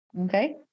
okay